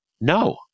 no